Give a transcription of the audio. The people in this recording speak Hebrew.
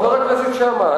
חבר הכנסת שאמה,